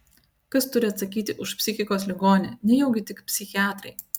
kas turi atsakyti už psichikos ligonį nejaugi tik psichiatrai